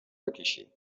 بکشی